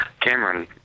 Cameron